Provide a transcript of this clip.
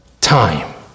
time